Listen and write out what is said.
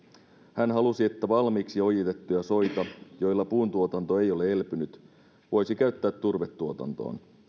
hän halusi että valmiiksi ojitettuja soita joilla puuntuotanto ei ole elpynyt voisi käyttää turvetuotantoon